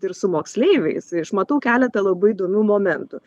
ir su moksleiviais tai aš matau keletą labai įdomių momentų